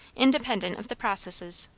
independent of the processes,